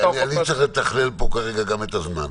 אני צריך לתכלל פה כרגע גם את הזמן.